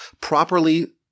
properly